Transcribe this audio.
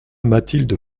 mathilde